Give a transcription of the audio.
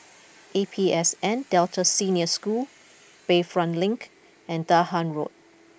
A P S N Delta Senior School Bayfront Link and Dahan Road